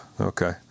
Okay